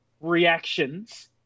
Reactions